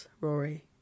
Rory